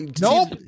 Nope